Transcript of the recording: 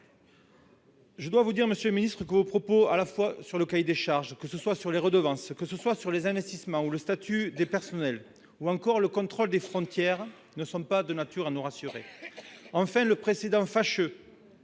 Je dois vous le dire, monsieur le ministre, vos propos à la fois sur le cahier des charges, les redevances, les investissements, le statut des personnels ou encore le contrôle des frontières, ne sont pas de nature à nous rassurer. Enfin, le précédent fâcheux